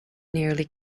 nearly